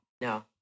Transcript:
no